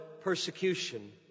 persecution